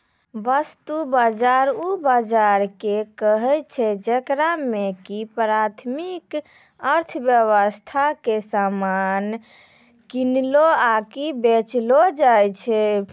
वस्तु बजार उ बजारो के कहै छै जेकरा मे कि प्राथमिक अर्थव्यबस्था के समान किनलो आकि बेचलो जाय छै